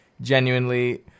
genuinely